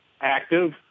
active